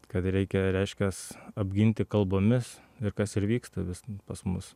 kad reikia reiškias apginti kalbomis ir kas ir vyksta vis pas mus